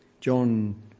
John